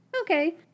Okay